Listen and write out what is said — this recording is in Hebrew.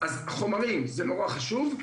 חומרים זה נורא חשוב.